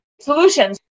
solutions